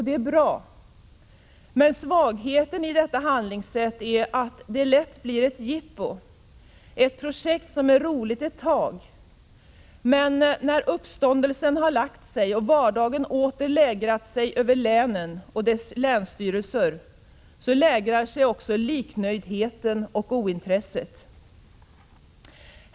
Det är bra, men svagheten i detta handlingssätt är att det lätt blir ett jippo, ett projekt som är roligt ett tag. Men när uppståndelsen lagt sig och vardagen åter lägrat sig över länen och deras länsstyrelser lägrar sig också liknöjdheten och ointresset.